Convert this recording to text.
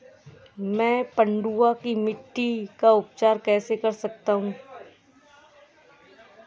मैं पडुआ की मिट्टी का उपचार कैसे कर सकता हूँ?